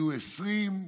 יהיו 20,000,